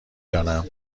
دانم